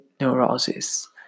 neurosis